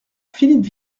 philippe